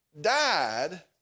died